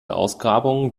ausgrabungen